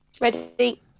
Ready